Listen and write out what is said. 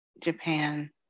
Japan